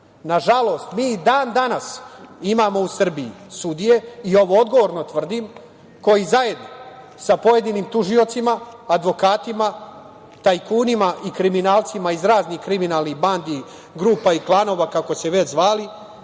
mi i dan danas imamo u Srbiji sudije i ovo odgovorno tvrdim koje zajedno sa pojedinim tužiocima, advokatima, tajkunima i kriminalcima iz raznih kriminalnih bandi, grupa i klanova, kako su se već zvali,